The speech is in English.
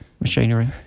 machinery